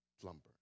slumber